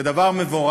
זה דבר מבורך,